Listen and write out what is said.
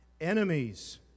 enemies